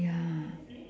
ya